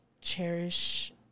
cherish